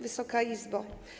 Wysoka Izbo!